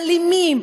אלימים,